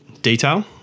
detail